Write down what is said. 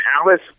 alice